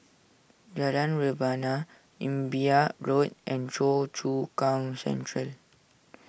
Jalan Rebana Imbiah Road and Choa Chu Kang Central